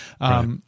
right